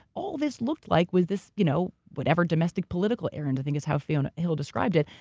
all this looked like was this you know whatever domestic political errand, i think is how fiona hill described it,